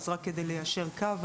אז רק כדי ליישר קו,